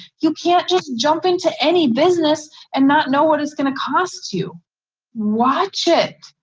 you can't just jump into any business and not know what it's going to cost to watch it.